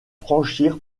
franchir